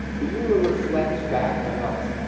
the humor reflects back on us.